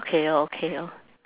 okay orh okay orh